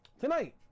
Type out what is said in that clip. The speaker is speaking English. tonight